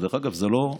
זה לא,